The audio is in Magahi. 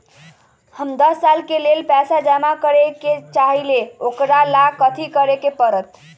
हम दस साल के लेल पैसा जमा करे के चाहईले, ओकरा ला कथि करे के परत?